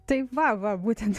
tai va va būtent